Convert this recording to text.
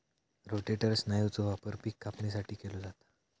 rotator स्नायूचो वापर पिक कापणीसाठी केलो जाता